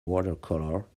watercolor